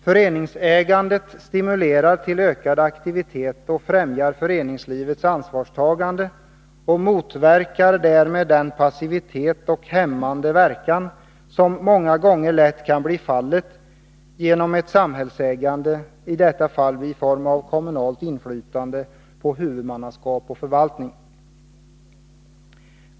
Föreningsägandet stimulerar till ökad aktivitet och främjar föreningslivets ansvarstagande och motverkar därmed den passivitet och hämmande verkan som många gånger lätt kan bli fallet genom ett samhällsägande, i detta fall i form av kommunalt inflytande på huvudmannaskap och förvaltning.